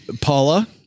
Paula